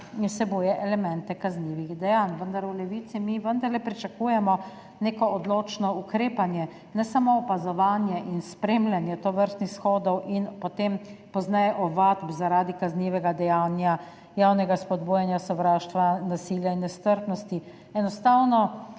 in vsebuje elemente kaznivih dejanj. Vendar v Levici mi vendarle pričakujemo neko odločno ukrepanje, ne samo opazovanje in spremljanje tovrstnih shodov in potem pozneje ovadb zaradi kaznivega dejanja javnega spodbujanja sovraštva, nasilja in nestrpnosti.